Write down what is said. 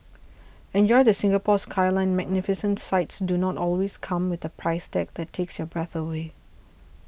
enjoy the Singapore Skyline Magnificent sights do not always come with a price tag that takes your breath away